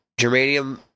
germanium